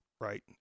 right